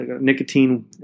nicotine